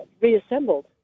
reassembled